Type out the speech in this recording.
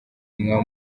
mwaba